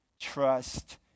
Trust